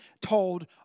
told